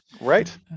right